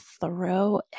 throw